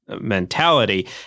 mentality